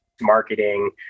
marketing